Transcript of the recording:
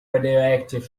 radioactive